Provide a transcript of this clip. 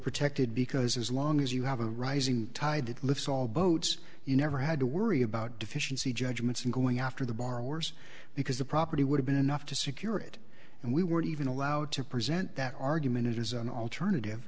protected because as long as you have a rising tide lifts all boats you never had to worry about deficiency judgments in going after the borrowers because the property would have been enough to secure it and we weren't even allowed to present that argument as an alternative